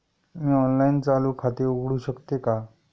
मी online चालू खाते उघडू शकते का?